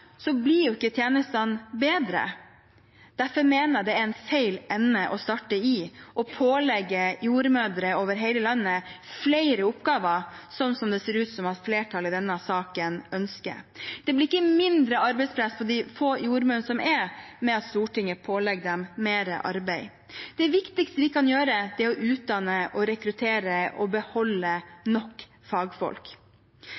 blir ikke tjenestene bedre. Derfor mener jeg det er feil ende å starte i å pålegge jordmødre over hele landet flere oppgaver, sånn det ser ut til at flertallet i denne saken ønsker. Det blir ikke mindre arbeidspress på de få jordmødrene som er ved at Stortinget pålegger dem mer arbeid. Det viktigste vi kan gjøre, er å utdanne, rekruttere og beholde nok fagfolk. Regjeringa har også gitt sykehusene i oppdrag å utarbeide og